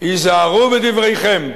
היזהרו בדבריכם.